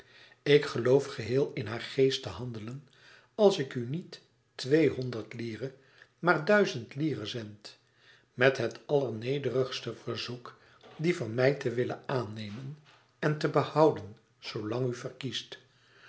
ik geloof geheel in haar geest te handelen als ik u niet tweehonderd lire maar duizend lire zend met het allernederigste verzoek die van mij te willen aannemen en te behouden zoolang u verkiest